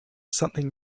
something